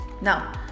Now